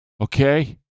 Okay